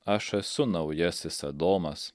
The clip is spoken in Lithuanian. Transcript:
aš esu naujasis adomas